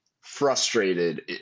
frustrated